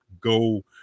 go